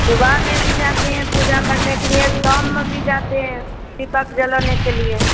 सुबह में भी जाते है पूजा करने के लिए शाम में भी जाते हैं दीपक जलाने के लिए